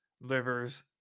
Livers